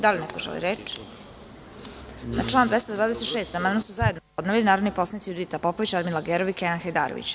Da li neko želi reč? (Ne) Na član 226. amandman su zajednopodneli narodni poslanici Judita Popović, Radmila Gerov i Kenan Hajdarević.